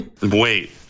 Wait